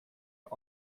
are